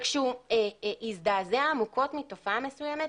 כשהוא הזדעזע עמוקות מתופעה מסוימת,